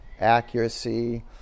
accuracy